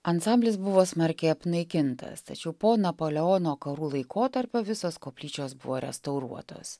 ansamblis buvo smarkiai apnaikintas tačiau po napoleono karų laikotarpio visos koplyčios buvo restauruotos